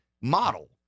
model